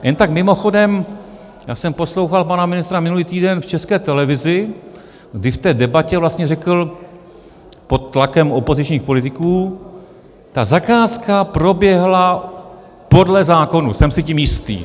Jen tak mimochodem, já jsem poslouchal pana ministra minulý týden v České televizi, kdy v té debatě vlastně řekl pod tlakem opozičních politiků: Ta zakázka proběhla podle zákonů, jsem si tím jistý.